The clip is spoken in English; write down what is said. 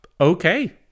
okay